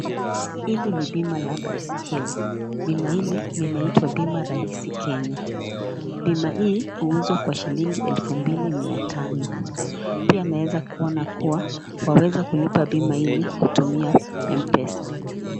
Hili ni bima la baiskeli, bima hili linaitwa Bima Rahisi kenya. Bima hii huuzwa kwa shilingi elfu mbili mia tano, pia naweza kuona waweza kulipa bima hili kutumia Mpesa.